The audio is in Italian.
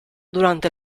durante